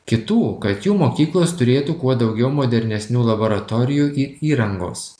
kitų kad jų mokyklos turėtų kuo daugiau modernesnių laboratorijų ir įrangos